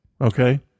Okay